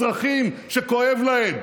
אזרחים שכואב להם,